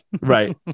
right